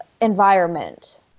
environment